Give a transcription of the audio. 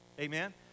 Amen